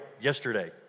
yesterday